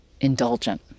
indulgent